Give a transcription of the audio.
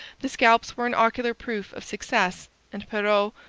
the scalps were an ocular proof of success and perrot,